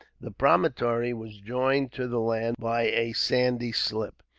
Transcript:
the promontory was joined to the land by a sandy slip,